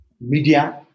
Media